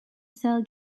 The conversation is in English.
cell